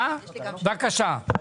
בבקשה.